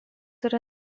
yra